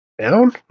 Down